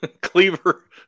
Cleaver